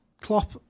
Klopp